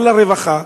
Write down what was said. או לרווחה,